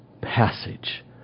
passage